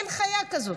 אין חיה כזאת.